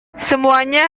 semuanya